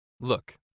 Look